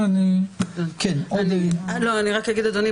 אדוני,